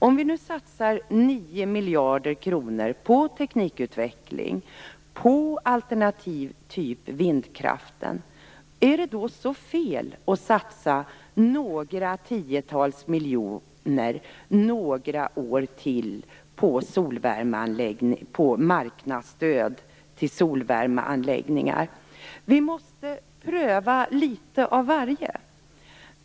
Om vi nu satsar 9 miljarder kronor på teknikutveckling och på alternativ som vindkraft, är det då så fel att några år till satsa några tiotals miljoner på marknadsstöd till solvärmeanläggningar? Vi måste pröva litet av varje.